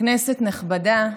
כנסת נכבדה,